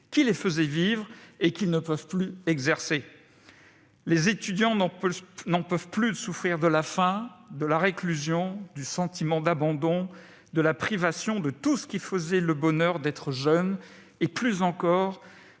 qui les faisaient vivre et qu'ils ne peuvent plus exercer ? Les étudiants n'en peuvent plus de souffrir de la faim, de la réclusion, du sentiment d'abandon, de la privation de tout ce qui faisait le bonheur d'être jeune, et plus encore